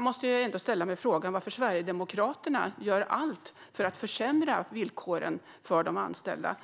måste jag ändå ställa mig frågan varför Sverigedemokraterna gör allt för att försämra villkoren för de anställda.